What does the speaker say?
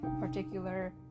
particular